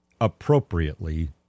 appropriately